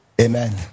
Amen